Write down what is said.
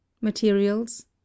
Materials